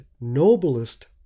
noblest